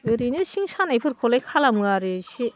ओरैनो सिं सानायफोरखौलाय खालामो आरो एसे